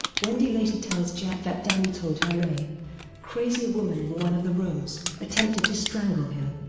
wendy later tells jack that danny told her a crazy woman in one of the rooms attempted to strangle him.